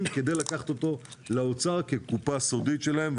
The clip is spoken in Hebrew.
כדי לקחת אותה לאוצר כקופה סודית שלהם,